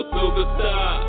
Superstar